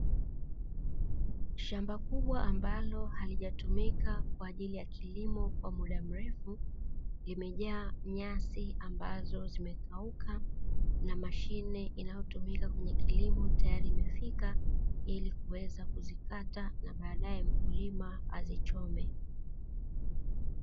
Shamba kubwa ambalo halijatumika kwa ajili ya kilimo kwa muda mrefu, limejaa nyasi ambazo zimekauka na mashine inayotumika kwenye kilimo tayari imefika, ili kuweza kuzikata na badae mkulima azichome.